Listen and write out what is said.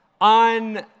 On